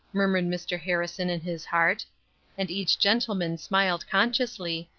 murmured mr. harrison in his heart and each gentleman smiled consciously,